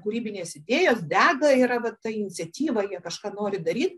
kūrybinės idėjos dega yra va ta iniciatyva jie kažką nori daryt